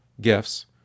gifts